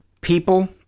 People